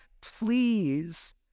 Please